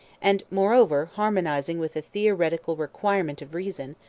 and moreover harmonizing with the theoretical requirement of reason,